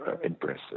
impressive